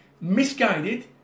misguided